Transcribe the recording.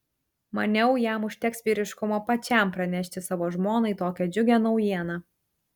maniau jam užteks vyriškumo pačiam pranešti savo žmonai tokią džiugią naujieną